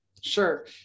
Sure